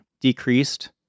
decreased